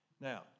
Now